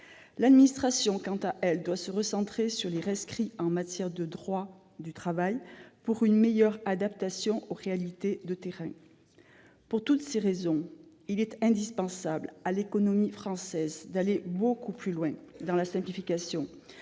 L'administration, quant à elle, doit se recentrer sur les rescrits en matière de droit du travail pour une meilleure adaptation aux réalités de terrain. Pour toutes ces raisons, il est indispensable pour l'économie française que nous allions beaucoup plus loin dans la simplification